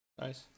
Nice